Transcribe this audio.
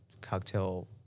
cocktail